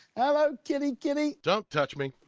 ah ah kitty kitty! don't touch me.